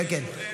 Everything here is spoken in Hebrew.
כן, כן.